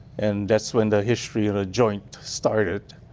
and that's when the history of ah joint started.